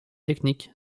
techniques